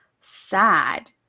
sad